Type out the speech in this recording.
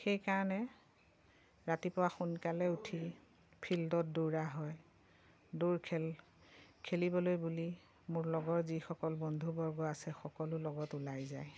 সেইকাৰণে ৰাতিপুৱা সোনকালে উঠি ফিল্ডত দৌৰা হয় দৌৰ খেল খেলিবলৈ বুলি মোৰ লগৰ যিসকল বন্ধুবৰ্গ আছে সকলো লগত ওলাই যায়